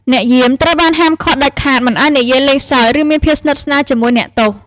អ្នកយាមត្រូវបានហាមឃាត់ដាច់ខាតមិនឱ្យនិយាយលេងសើច ឬមានភាពស្និទ្ធស្នាលជាមួយអ្នកទោស។